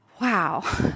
wow